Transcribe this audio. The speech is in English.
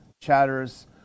chatters